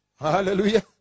Hallelujah